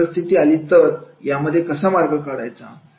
आणि अशी परिस्थिती आली तर यामध्ये कसा मार्ग काढायचा